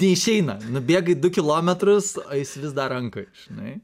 neišeina nubėgu du kilometrus o jis vis dar rankoj žinai